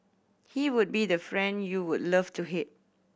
he would be the friend you would love to hate